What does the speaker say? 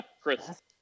Chris